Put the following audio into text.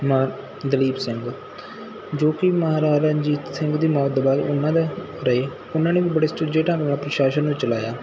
ਮਾਹ ਦਲੀਪ ਸਿੰਘ ਜੋ ਕਿ ਮਹਾਰਾਜਾ ਰਣਜੀਤ ਸਿੰਘ ਦੀ ਮੌਤ ਤੋਂ ਬਾਅਦ ਉਹਨਾਂ ਦਾ ਰਹੇ ਉਹਨਾਂ ਨੇ ਵੀ ਬੜੇ ਸੁਚੱਜੇ ਢੰਗ ਨਾਲ ਪ੍ਰਸ਼ਾਸਨ ਨੂੰ ਚਲਾਇਆ